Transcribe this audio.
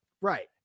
right